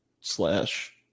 slash